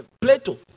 Plato